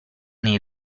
nei